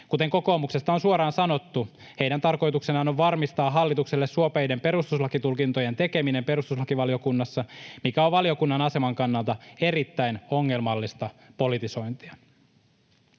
Kuten kokoomuksesta on suoraan sanottu, heidän tarkoituksenaan on varmistaa hallitukselle suopeiden perustuslakitulkintojen tekeminen perustuslakivaliokunnassa, mikä on valiokunnan aseman kannalta erittäin ongelmallista politisointia.